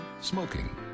Smoking